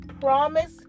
promise